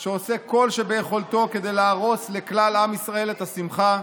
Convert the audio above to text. שעושה כל שביכולתו כדי להרוס לכלל עם ישראל את השמחה.